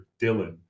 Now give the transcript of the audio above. Dylan